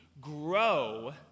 grow